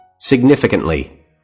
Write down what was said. Significantly